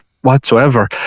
whatsoever